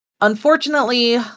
Unfortunately